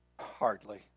Hardly